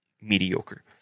mediocre